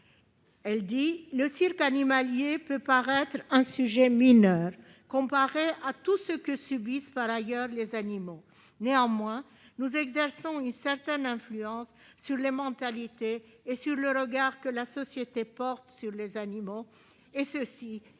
Bouglione. « Le cirque animalier, dit-elle, peut paraître un sujet mineur, comparé à tout ce que subissent par ailleurs les animaux. Néanmoins nous exerçons une certaine influence sur les mentalités et sur le regard que la société porte sur les animaux,